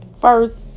first